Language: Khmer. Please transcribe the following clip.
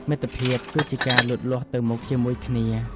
មិត្តភាពគឺជាការលូតលាស់ទៅមុខជាមួយគ្នា។